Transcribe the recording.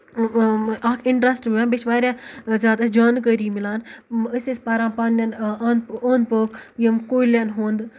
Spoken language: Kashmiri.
اکھ اِنٹرَسٹ یِوان بیٚیہِ چھِ واریاہ زیادٕ اَسہِ جانکٲری مِلان أسۍ ٲسۍ پَران پَنٕنین أن اوٚند پوٚک یِم کُلین ہُند